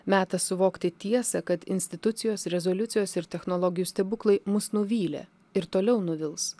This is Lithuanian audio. metas suvokti tiesą kad institucijos rezoliucijos ir technologijų stebuklai mus nuvylė ir toliau nuvils